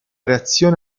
reazione